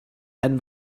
and